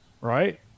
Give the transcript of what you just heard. right